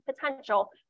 potential